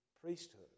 priesthood